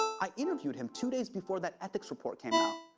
i interviewed him two days before that ethics report came out.